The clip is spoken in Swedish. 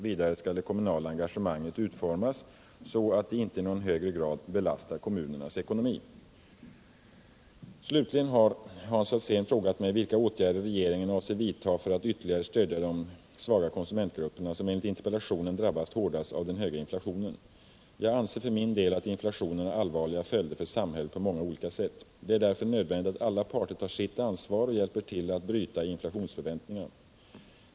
Vidare skall det kommunala engagemanget utformas så att det inte i någon högre grad belastar kommunernas ekonomi. Slutligen har Hans Alsén frågat mig vilka åtgärder regeringen avser vidta för att ytterligare stödja de svaga konsumentgrupperna, som enligt interpellationen drabbas hårdast av den höga inflationen. Jag anser för min del att inflationen har allvarliga följder för samhället på många olika sätt. Det är därför nödvändigt att alla parter tar sitt ansvar och hjälper till att bryta inflationsförväntningarna.